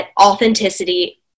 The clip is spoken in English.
authenticity